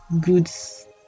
goods